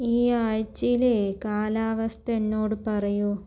ഈ ആഴ്ചയിലേ കാലാവസ്ഥ എന്നോട് പറയൂ